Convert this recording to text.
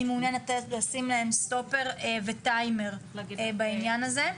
אני מעוניינת לשים להם סטופר וטיימר בעניין הזה.